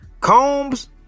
Combs